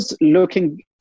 looking